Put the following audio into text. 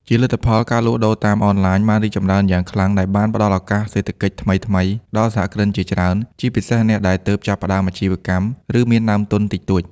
ជាលទ្ធផល ការលក់ដូរតាមអនឡាញបានរីកចម្រើនយ៉ាងខ្លាំង ដែលបាន ផ្តល់ឱកាសសេដ្ឋកិច្ចថ្មីៗ ដល់សហគ្រិនជាច្រើន ជាពិសេសអ្នកដែលទើបចាប់ផ្តើមអាជីវកម្ម ឬមានដើមទុនតិចតួច។